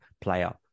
player